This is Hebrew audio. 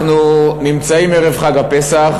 אנחנו נמצאים ערב חג הפסח,